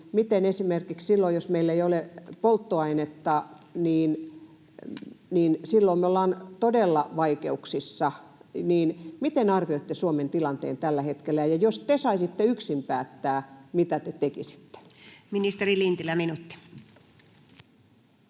miten esimerkiksi silloin, jos meillä ei ole polttoainetta? Silloin me ollaan todella vaikeuksissa. Miten arvioitte Suomen tilanteen tällä hetkellä, ja jos te saisitte yksin päättää, mitä te tekisitte? [Speech 171] Speaker: